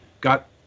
got